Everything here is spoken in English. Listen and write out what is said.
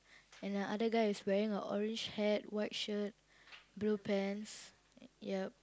and the other guy is wearing a orange hat white shirt blue pants yup